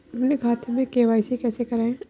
अपने खाते में के.वाई.सी कैसे कराएँ?